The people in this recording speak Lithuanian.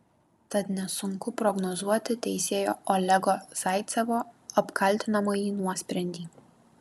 tad nesunku prognozuoti teisėjo olego zaicevo apkaltinamąjį nuosprendį